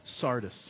Sardis